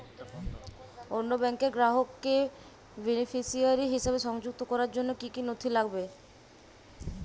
অন্য ব্যাংকের গ্রাহককে বেনিফিসিয়ারি হিসেবে সংযুক্ত করার জন্য কী কী নথি লাগবে?